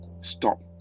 stop